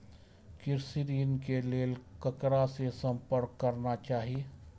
कृषि ऋण के लेल ककरा से संपर्क करना चाही?